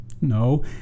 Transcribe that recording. No